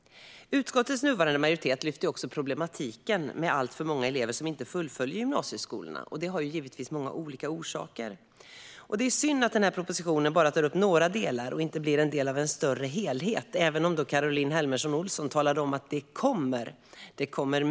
Utskottets nuvarande majoritet lyfter upp problemet med att alltför många elever inte fullföljer gymnasieskolan. Det finns givetvis många olika orsaker. Det är synd att propositionen bara tar upp några delar och inte blir en del av en större helhet, även om Caroline Helmersson Olsson talade om att det kommer mer.